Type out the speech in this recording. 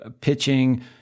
pitching